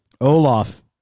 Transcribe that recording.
Olaf